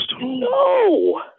No